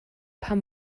pam